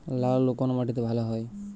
লাল আলু কোন মাটিতে ভালো হয়?